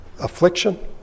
affliction